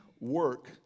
work